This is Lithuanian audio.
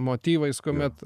motyvais kuomet